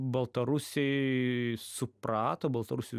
baltarusiai suprato baltarusių